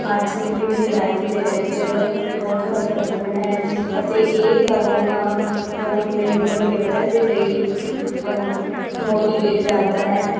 ਅੱਜ ਵੀ ਮੇਰੀ ਲਾਈਫ ਦੇ ਵਿੱਚ ਬਹੁਤ ਮਹੱਤਵਪੂਰਨ ਹੈ ਅਤੇ ਇਹ ਕਦਮ ਮੈਨੂੰ ਅੱਗੇ ਵੱਧਣ ਦੇ ਲਈ ਮੋਟੀਵੇਟ ਕਰਦਾ ਹੈ